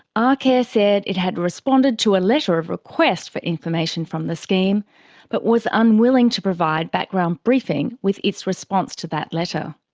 arcare said it had responded to a letter of request for information from the scheme but was unwilling to provide background briefing with its response to that letter.